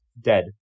dead